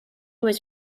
was